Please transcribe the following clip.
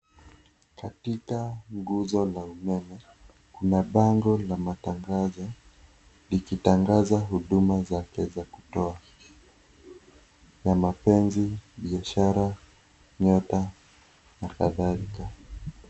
Katika nguzo la umeme. Kuna bango la matangazo. Likitangaza huduma zake za kutoa. Ya mapenzi. biashara, nyota na kadhalika.